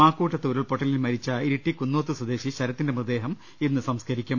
മാക്കൂട്ടത്ത് ഉരുൾപൊട്ടലിൽ മരിച്ച ഇരിട്ടി കുന്നോത്ത് സ്വദേശി ശ രത്തിന്റെ മൃതദേഹം ഇന്ന് സംസ്കരിക്കും